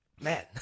man